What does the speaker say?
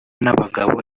n’abagabo